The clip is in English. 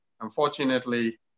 Unfortunately